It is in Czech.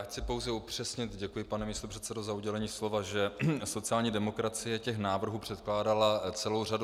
Chci pouze upřesnit děkuji, pane místopředsedo, za udělení slova , že sociální demokracie těch návrhů předkládala celou řadu.